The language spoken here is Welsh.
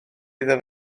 iddo